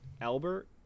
albert